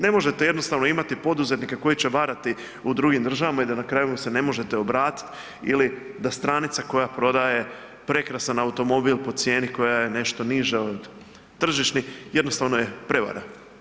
Ne možete jednostavno imati poduzetnike koji će varati u drugim državama i da na kraju mu se ne možete obratit ili da stranica koja prodaje prekrasan automobil po cijeni koja je nešto niža od tržišnih, jednostavno je prevara.